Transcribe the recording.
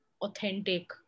authentic